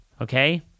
Okay